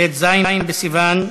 ט"ז בסיוון התשע"ו,